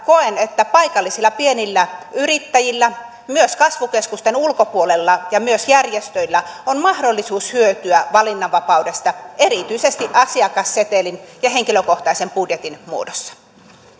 koen että paikallisilla pienillä yrittäjillä myös kasvukeskusten ulkopuolella ja myös järjestöillä on mahdollisuus hyötyä valinnanvapaudesta erityisesti asiakassetelin ja henkilökohtaisen budjetin muodossa